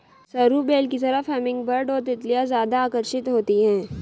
सरू बेल की तरफ हमिंगबर्ड और तितलियां ज्यादा आकर्षित होती हैं